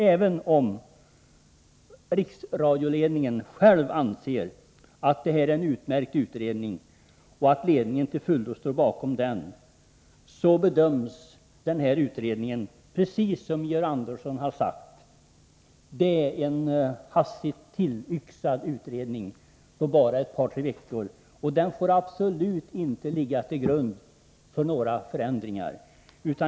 Även om riksradioledningen själv anser att det gjorts en utmärkt utredning, som ledningen till fullo ställer sig bakom, är det, precis som John Andersson har sagt, fråga om en hastigt tillyxad utredning, som genomförts på ett par veckor. Den får absolut inte ligga till grund för några förändringar.